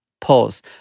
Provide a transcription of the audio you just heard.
pause